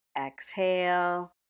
Exhale